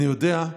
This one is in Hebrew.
אני יודע,